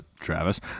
Travis